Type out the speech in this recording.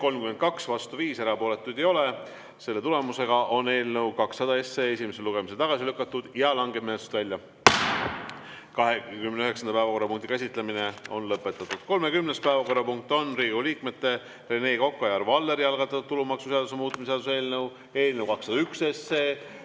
32, vastu 5, erapooletuid ei ole. Selle tulemusega on eelnõu 200 esimesel lugemisel tagasi lükatud ja langeb menetlusest välja. 29. päevakorrapunkti käsitlemine on lõpetatud. 30. päevakorrapunkt on Riigikogu liikmete Rene Koka ja Arvo Alleri algatatud tulumaksuseaduse muutmise seaduse eelnõu 201.